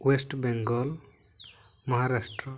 West Bengal Maharashtra